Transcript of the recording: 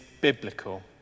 biblical